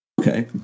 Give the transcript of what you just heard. okay